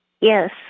Yes